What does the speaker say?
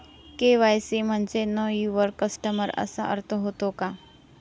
KYC म्हणजे know your customer असा अर्थ होतो का?